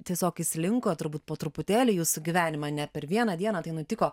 tiesiog įslinko turbūt po truputėlį į jūsų gyvenimą ne per vieną dieną tai nutiko